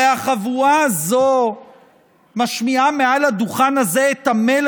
הרי החבורה הזו משמיעה מעל הדוכן הזה את המלל